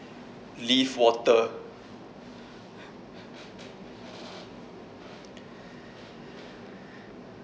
leaf water